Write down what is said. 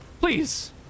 Please